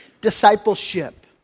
discipleship